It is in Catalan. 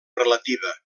relativa